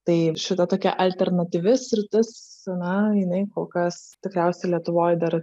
tai šita tokia alternatyvi sritis na jinai kol kas tikriausiai lietuvoj dar